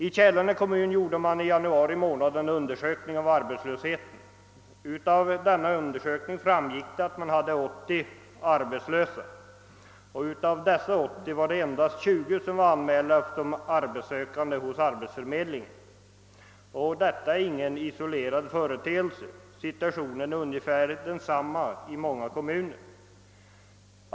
I Kälarne kommun gjorde man i januari månad en undersökning av arbetslösheten. Av denna framgick att det fanns 80 arbetslösa, av vilka endast 20 var anmälda som arbetssökande hos arbetsförmedlingen. Och detta är ingen isolerad företeelse; situationen är ungefär densamma i många kommuner.